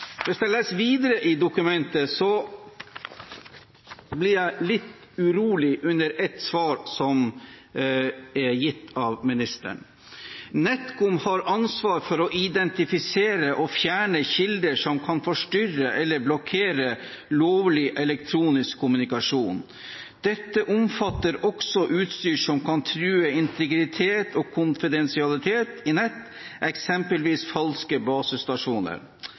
jeg leser videre i dokumentet, blir jeg litt urolig av ett svar som er gitt av ministeren: «Nkom har ansvar for å identifisere og fjerne kilder som kan forstyrre eller blokkere lovlig elektronisk kommunikasjon. Dette omfatter også utstyr som kan true integritet og konfidensialitet i nett, eksempelvis falske basestasjoner.»